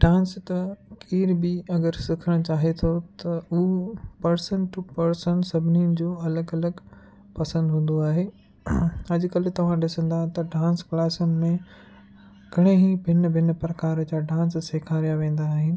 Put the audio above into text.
dance त केर बि अगरि सिखणु चाहे थो त हू पर्सन टू पर्सन सभिनीनि जूं अलॻि अलॻि पसंदि हूंदो आहे अॼु कल्ह तव्हां ॾिसंदा त डांस क्लासुनि में घणई भिन्न भिन्न प्रकार जा डांस सेखारिया वेंदा आहिनि